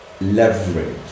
leverage